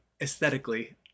aesthetically